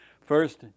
First